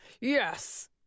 Yes